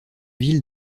ville